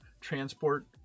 transport